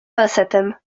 falsetem